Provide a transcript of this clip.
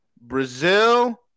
Brazil